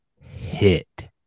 hit